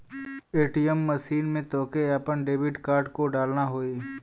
ATM machine में तोहके आपन डेबिट कार्ड को डालना होई